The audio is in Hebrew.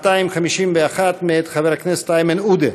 251 מאת חבר הכנסת איימן עודה.